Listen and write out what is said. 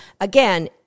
again